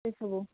ଏସବୁ